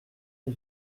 les